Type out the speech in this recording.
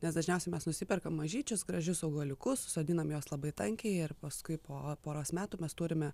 nes dažniausiai mes nusiperkam mažyčius gražius augaliukus susodinam juos labai tankiai ir paskui po poros metų mes turime